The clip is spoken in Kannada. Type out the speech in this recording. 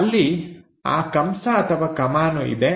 ಅಲ್ಲಿ ಆ ಕಂಸ ಕಾಮಾನು ಇದೆ